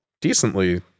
decently